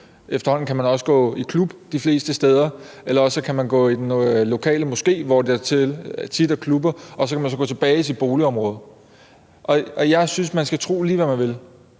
efterhånden kan man de fleste steder også gå i klub, eller man kan gå i den lokale moské, hvor der tit er klubber, og så kan man gå tilbage til boligområdet. Jeg synes, at man skal tro, lige hvad man vil,